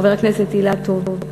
חבר הכנסת אילטוב,